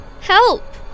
Help